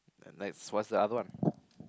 nice what's the other one